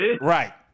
Right